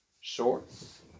shorts